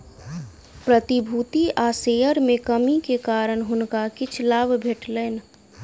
प्रतिभूति आ शेयर में कमी के कारण हुनका किछ लाभ भेटलैन